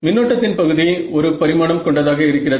மின்னோட்டத்தின் பகுதி ஒரு பரிமாணம் கொண்டதாக இருக்கிறது